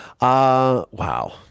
wow